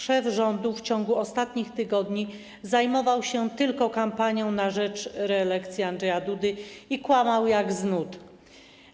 Szef rządu w ciągu ostatnich tygodni zajmował się tylko kampanią na rzecz reelekcji Andrzeja Dudy i kłamał jak z nut.